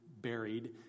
buried